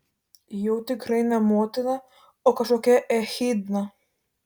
jau tikrai ne motina o kažkokia echidna